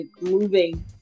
moving